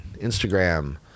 Instagram